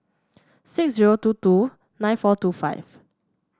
six zero two two nine four two five